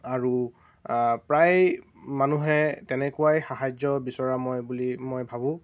আৰু প্ৰায় মানুহে তেনেকুৱাই সাহাৰ্য্য বিচৰা মই বুলি মই ভাবোঁ